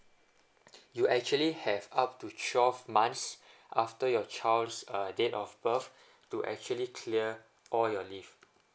you actually have up to twelve months after your child's uh date of birth to actually clear all your leave